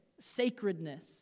sacredness